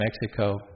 Mexico